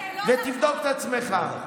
ותבדוק את עצמך.